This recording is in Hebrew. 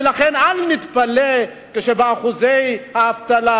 ולכן אל נתפלא כשבאחוזי האבטלה,